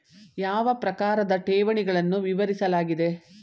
ಯಾವ ಪ್ರಕಾರದ ಠೇವಣಿಗಳನ್ನು ವಿವರಿಸಲಾಗಿದೆ?